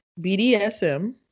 BDSM